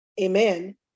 amen